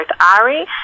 ARI